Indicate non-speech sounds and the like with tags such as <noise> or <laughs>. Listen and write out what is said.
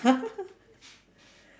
<laughs>